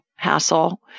hassle